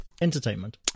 entertainment